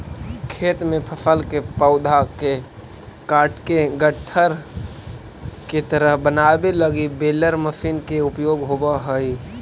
खेत में फसल के पौधा के काटके गट्ठर के तरह बनावे लगी बेलर मशीन के उपयोग होवऽ हई